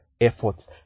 efforts